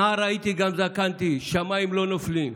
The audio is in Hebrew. נער הייתי וגם זקנתי, שמיים לא נופלים,